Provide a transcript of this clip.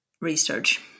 research